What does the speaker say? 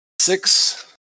six